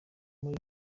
muri